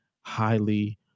highly